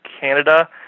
Canada